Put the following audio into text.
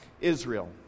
Israel